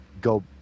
go